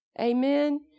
Amen